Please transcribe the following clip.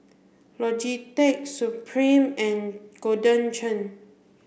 Logitech Supreme and Golden Churn